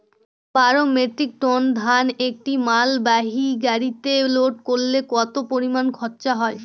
বারো metric ton ধান একটি মালবাহী গাড়িতে লোড করতে কতো পরিমাণ খরচা হয়?